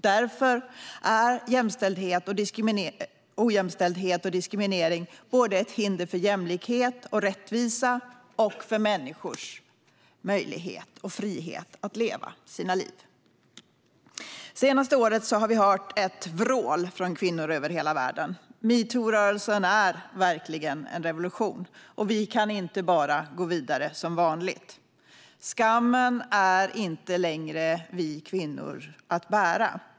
Därför är ojämställdhet och diskriminering ett hinder både för jämlikhet och rättvisa och för människors möjlighet och frihet att leva sina liv. Det senaste året har vi hört ett vrål från kvinnor över hela världen. Metoo-rörelsen är verkligen en revolution, och vi kan inte bara gå vidare som vanligt. Skammen är inte längre kvinnors att bära.